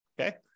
Okay